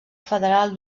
federal